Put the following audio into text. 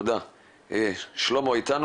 שלמה איתנו